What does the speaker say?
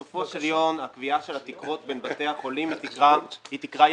בסופו של יום הקביעה של התקרות בין בתי החולים היא תקרה יחסית.